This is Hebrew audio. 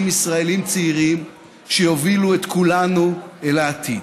ישראלים צעירים שיובילו אותנו אל העתיד.